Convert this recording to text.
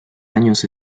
años